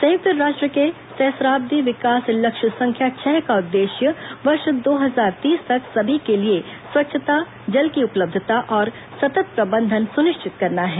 संयुक्त राष्ट्र के सहस्राब्दि विकास लक्ष्य संख्या छह का उद्देश्य वर्ष दो हजार तीस तक सभी के लिए स्वच्छता जल की उपलब्धता और सतत प्रबंधन सुनिश्चित करना है